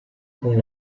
con